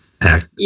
act